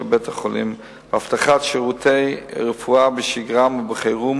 בית-החולים בהבטחת שירותי רפואה בשגרה ובחירום